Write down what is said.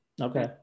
okay